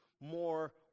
more